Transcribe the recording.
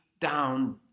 down